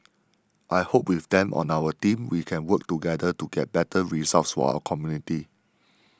I hope with them on our team we can work together to get better results for our community